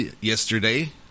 yesterday